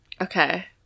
Okay